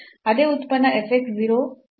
ಅದೇ ಉತ್ಪನ್ನ f x 0 plus th y 0 plus tk